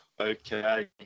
Okay